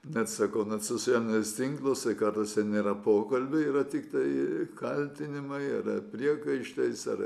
net sakau net socialiniuose tinkluose kartais nėra pokalbių yra tiktai kaltinimai ar ar priekaištais ar